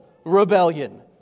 rebellion